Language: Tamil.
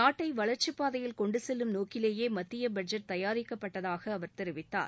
நாட்டை வளர்ச்சிப்பாதையில் கொண்டு செல்லும் நோக்கிலேயே மத்திய பட்ஜெட் தயாரிக்கப்பட்டதாக அவர் தெரிவித்தார்